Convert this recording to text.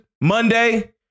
Monday